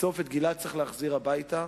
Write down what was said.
בסוף את גלעד צריך להחזיר הביתה.